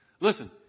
listen